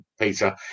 Peter